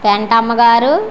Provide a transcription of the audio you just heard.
పెంటమ్మ గారు